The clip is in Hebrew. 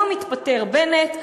היום יתפטר בנט,